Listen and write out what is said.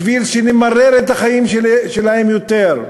בשביל שנמרר את החיים שלהם יותר,